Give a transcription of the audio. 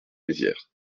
mézières